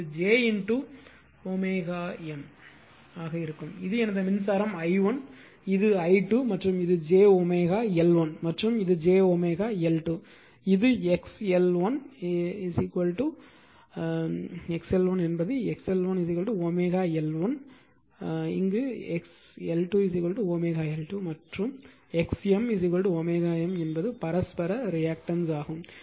எனவே இது j M ஆக இருக்கும் இது எனது மின்சாரம் i1 இது i2 மற்றும் இது j L1 மற்றும் இது j L2 இது xL1 xL1 என்பது xL1 L1 xL2 L2 மற்றும் x M w M என்பது பரஸ்பர ரியாக்டன்ஸ்